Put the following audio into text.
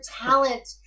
talent